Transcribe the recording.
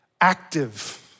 active